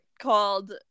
called